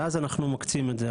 ואז אנחנו מקצים את זה,